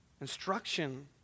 instruction